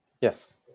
Yes